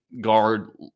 guard